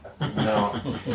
No